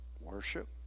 Worship